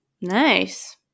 nice